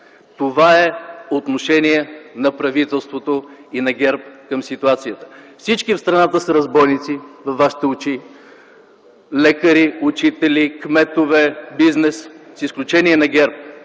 Това е отношение на правителството и на ГЕРБ към ситуацията. Всички в страната са разбойници във вашите очи – лекари, учители, кметове, бизнес с изключение на ГЕРБ.